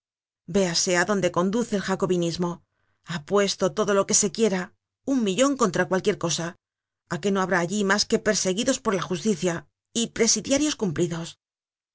véase á dónde conduce el jacobinismo apuesto todo lo que se quiera un millon contra cualquier cosa á que no habrá allí mas que perseguidos por la justicia y presidiarios cumplidos